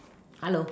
hello